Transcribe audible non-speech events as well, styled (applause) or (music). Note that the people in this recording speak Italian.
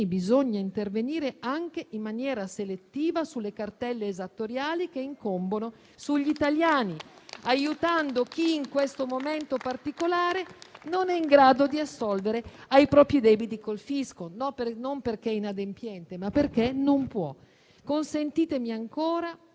bisogna intervenire anche in maniera selettiva sulle cartelle esattoriali che incombono sugli italiani, (applause) aiutando chi in questo momento particolare non è in grado di assolvere ai propri debiti con il fisco, non perché inadempiente, ma perché non può. Consentitemi ancora,